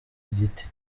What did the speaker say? igiti